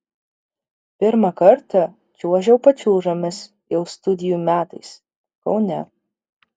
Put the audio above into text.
pirmą kartą čiuožiau pačiūžomis jau studijų metais kaune